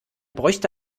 bräuchte